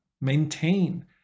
maintain